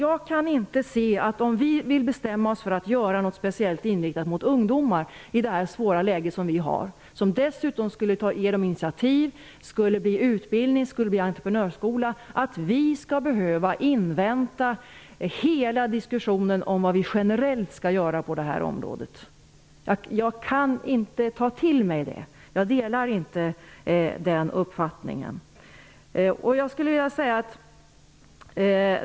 Om vi, i det svåra läge som vi har, vill bestämma oss för att göra något speciellt inriktat på ungdomar, vilket dessutom skulle ge dem initiativ, ge utbildning och vara entreprenörskola, kan jag inte se att vi skall behöva invänta hela diskussionen om vad vi generellt skall göra på det här området. Jag kan inte ta till mig det. Jag delar inte den uppfattningen.